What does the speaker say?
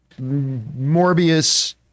morbius